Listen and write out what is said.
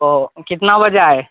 اوہ کتنا بجے آئے